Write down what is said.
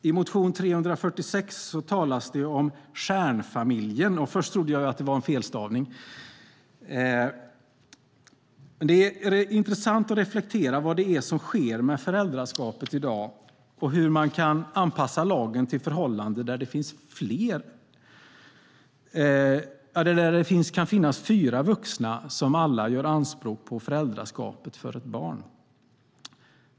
I motionen C346 talas det om "stjärnfamiljen", och först trodde jag det var en felstavning. Det är intressant att reflektera över vad som sker med föräldraskapet i dag och hur man kan anpassa lagen till förhållanden där det kan finnas fyra vuxna som alla gör anspråk på föräldraskapet för ett barn.